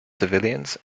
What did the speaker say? civilians